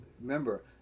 Remember